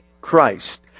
Christ